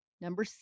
number